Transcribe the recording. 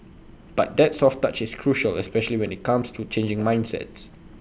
but the soft touch is crucial especially when IT comes to changing mindsets